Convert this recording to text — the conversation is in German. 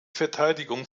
verteidigung